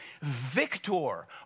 victor